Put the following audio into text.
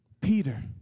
Peter